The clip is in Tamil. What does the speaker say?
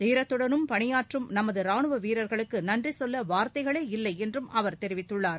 தீரத்துடலும் பணியாற்றிவரும் நமது ரானுவ வீரர்களுக்கு நன்றி சொல்ல வார்த்தைகளே இல்லை என்றும் அவர் தெரிவித்துள்ளார்